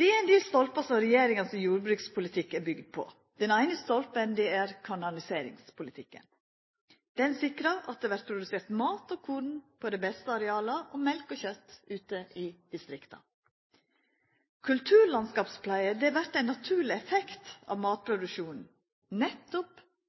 Det er ein del stolpar som regjeringa sin jordbrukspolitikk er bygd på. Den eine stolpen er kanaliseringspolitikken. Den sikrar at det vert produsert mat og korn på dei beste areala og mjølk og kjøtt ute i distrikta. Kulturlandskapspleie vert ein naturleg effekt av matproduksjonen, nettopp